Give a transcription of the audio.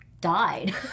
died